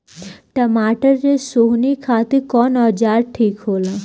टमाटर के सोहनी खातिर कौन औजार ठीक होला?